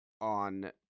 on